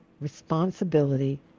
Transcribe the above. responsibility